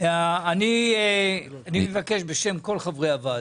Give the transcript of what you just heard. אני מבקש בשם כל חברי הוועדה,